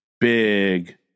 big